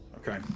Okay